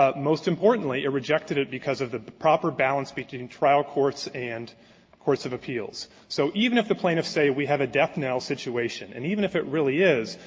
ah most importantly, it rejected it because of the proper balance between trial courts and courts of appeals. so even if the plaintiffs say we have a death-knell situation and even if it really is,